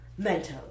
Mentos